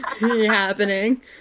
happening